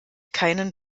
keinen